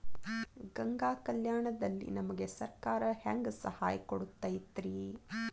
ಗಂಗಾ ಕಲ್ಯಾಣ ದಲ್ಲಿ ನಮಗೆ ಸರಕಾರ ಹೆಂಗ್ ಸಹಾಯ ಕೊಡುತೈತ್ರಿ?